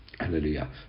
Hallelujah